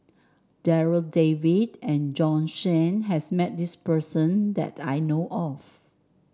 Darryl David and Bjorn Shen has met this person that I know of